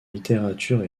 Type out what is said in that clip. littérature